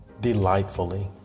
delightfully